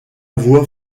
voix